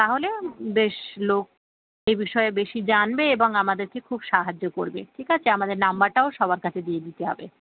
তাহলেও বেশ লোক এ বিষয়ে বেশি জানবে এবং আমাদেরকে খুব সাহায্য করবে ঠিক আছে আমাদের নাম্বারটাও সবার কাছে দিয়ে দিতে হবে